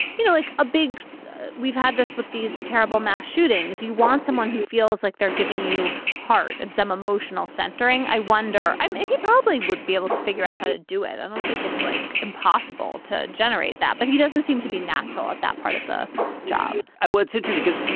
you know, like a big we've had this with these terrible mass shootings, you want someone who feels like they're giving you heart and some emotional centering. i wonder he probably would be able to figure out how to do it. i don't think it's like impossible to generate that. but he doesn't seem to be natural at that part of the job what's interesting is, you